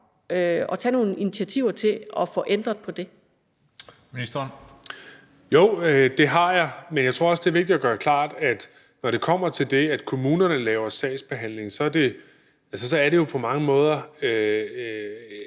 15:36 Boligministeren (Kaare Dybvad Bek): Jo, det har jeg, men jeg tror også, det er vigtigt at gøre det klart, at når det kommer til det, at kommunerne laver sagsbehandling, er det jo på mange måder